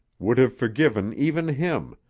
would have forgiven even him,